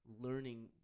learning